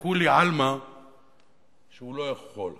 לכולי עלמא שהוא לא יכול.